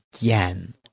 again